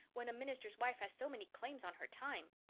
when a minister's wife has so many claims on her time!